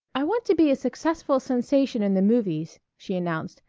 i want to be a successful sensation in the movies, she announced.